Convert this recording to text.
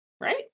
right